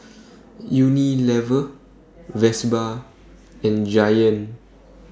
Unilever Vespa and Giant